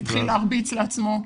התחיל להרביץ לעצמו.